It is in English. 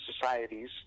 societies